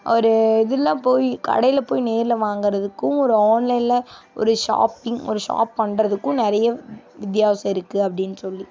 ஒரு இதில் போய் கடையில் போய் நேரில் வாங்குறதுக்கும் ஒரு ஆன்லைனில் ஒரு ஷாப்பிங் ஒரு ஷாப் பண்ணுறதுக்கும் நிறைய வித்தியாசம் இருக்குது அப்படின்னு சொல்லி